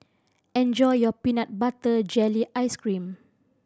enjoy your peanut butter jelly ice cream